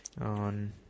on